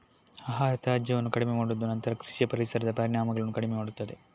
ಆಹಾರ ತ್ಯಾಜ್ಯವನ್ನು ಕಡಿಮೆ ಮಾಡುವುದು ನಂತರ ಕೃಷಿಯ ಪರಿಸರದ ಪರಿಣಾಮಗಳನ್ನು ಕಡಿಮೆ ಮಾಡುತ್ತದೆ